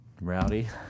Rowdy